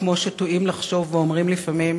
כמו שטועים לחשוב ואומרים לפעמים,